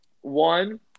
One